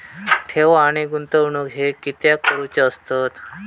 ठेव आणि गुंतवणूक हे कित्याक करुचे असतत?